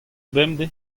bemdez